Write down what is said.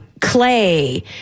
Clay